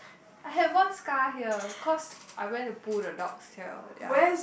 I have one scar here cause I went to pull the dog's tail ya